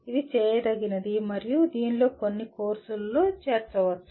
ఇది చేయదగినది మరియు దీనిని కొన్ని కోర్సులలో చేర్చవచ్చు